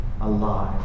alive